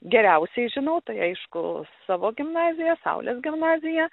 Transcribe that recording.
geriausiai žinau tai aišku savo gimnaziją saulės gimnaziją